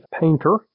Painter